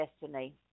destiny